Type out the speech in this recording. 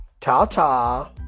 ta-ta